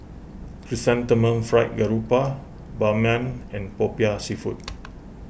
Chrysanthemum Fried Garoupa Ban Mian and Popiah Seafood